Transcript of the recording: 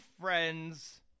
friends